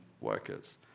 workers